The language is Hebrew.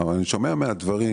אבל אני שומע מהדברים